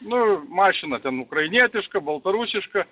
nu mašina ten ukrainietiška baltarusiška